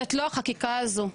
זאת לא החקיקה הזו.